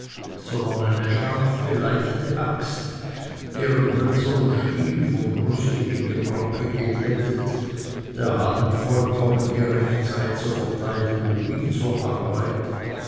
sondern eine scharfe leichte axt deren hölzerner stiel vom rüstigen gebrauche geglättet der hand vollkommen gerecht sei zur verteidigung wie zur arbeit